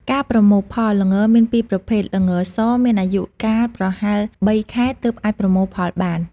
ការប្រមូលផល ល្ងមានពីរប្រភេទ ល្ងស មានអាយុកាលប្រហែល ៣ ខែទើបអាចប្រមូលផលបាន។